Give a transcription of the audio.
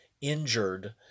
injured